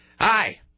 Hi